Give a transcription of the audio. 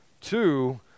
two